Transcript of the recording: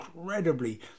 incredibly